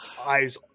eyes